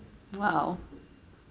!wow!